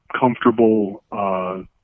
Comfortable